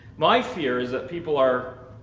my fear is that people are